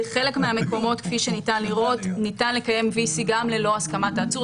בחלק מהמקומות ניתן לקיים VC גם ללא הסכמת העצור.